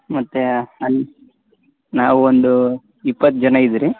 ಮತ್ತೆ ಅಲ್ಲಿ ನಾವೊಂದು ಇಪ್ಪತ್ತು ಜನ ಇದೀರಿ